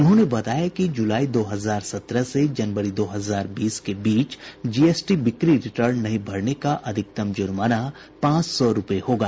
उन्होंने बताया कि जुलाई दो हजार सत्रह से जनवरी दो हजार बीस के बीच जीएसटी बिक्री रिटर्न नहीं भरने का अधिकतम जुर्माना पांच सौ रूपये होगा